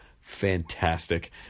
fantastic